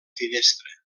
finestra